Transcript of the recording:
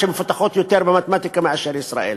שמפותחות יותר במתמטיקה מאשר ישראל.